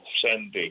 sending